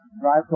drive